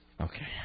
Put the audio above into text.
Okay